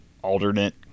Alternate